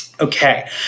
Okay